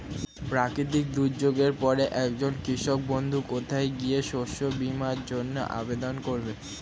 প্রাকৃতিক দুর্যোগের পরে একজন কৃষক বন্ধু কোথায় গিয়ে শস্য বীমার জন্য আবেদন করবে?